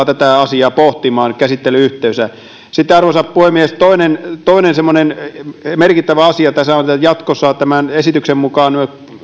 tätä asiaa pohtimaan käsittelyn yhteydessä sitten arvoisa puhemies toinen toinen semmoinen merkittävä asia tässä on se että jatkossa tämän esityksen mukaan